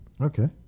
Okay